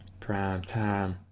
Primetime